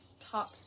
top